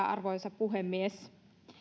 arvoisa puhemies